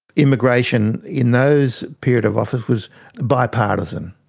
immigration in those periods of office was bipartisan,